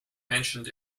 mentioned